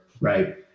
right